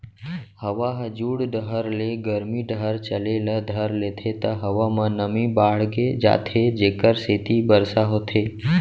हवा ह जुड़ डहर ले गरमी डहर चले ल धर लेथे त हवा म नमी बाड़गे जाथे जेकर सेती बरसा होथे